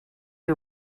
you